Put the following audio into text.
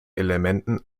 elementen